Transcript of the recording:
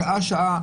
שעה שעה,